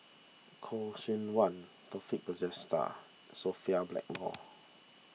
Khoo Seok Wan Taufik Batisah Sophia Blackmore